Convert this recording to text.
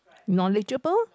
knowledgeable